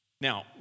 Now